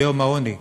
ביום המאבק בעוני: